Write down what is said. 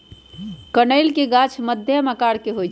कनइल के गाछ मध्यम आकर के होइ छइ